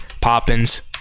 Poppins